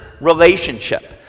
relationship